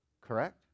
correct